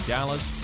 Dallas